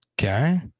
Okay